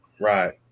Right